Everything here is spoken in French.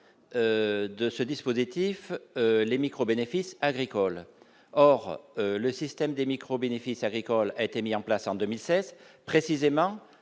de ce dispositif, les micros bénéfices agricoles, or le système des micro-bénéfices agricoles a été mis en place en 2016 précisément,